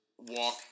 walk